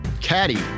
Caddy